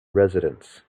residents